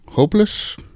Hopeless